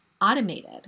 automated